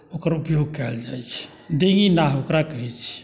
ओकर उपयोग कयल जाइ छै डेंगी नाव ओकरा कहै छै